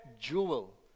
jewel